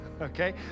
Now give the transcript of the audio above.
Okay